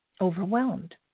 overwhelmed